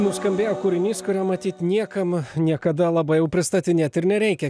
nuskambėjo kūrinys kurio matyt niekam niekada labai pristatinėti ir nereikia